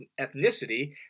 ethnicity